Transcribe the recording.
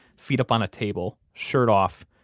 feet up on a table, shirt off,